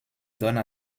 donne